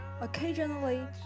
Occasionally